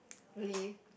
really